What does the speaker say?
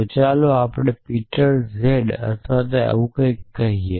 તો ચાલો આપણે પીટર z અથવા તેવું કંઈક કહીએ